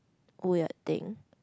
weird thing